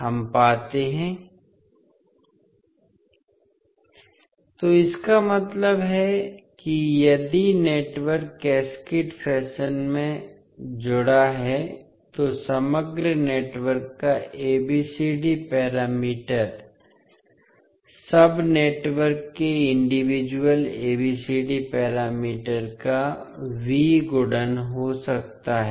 हम पाते हैं तो इसका मतलब है कि यदि नेटवर्क कैस्केड फ़ैशन से जुड़ा है तो समग्र नेटवर्क का ABCD पैरामीटर सब नेटवर्क के इंडिविजुअल ABCD पैरामीटर का V गुणन हो सकता है